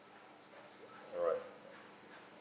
all right